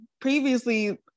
previously